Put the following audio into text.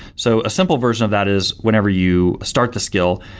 so a simple version of that is whenever you start the skill,